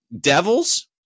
Devils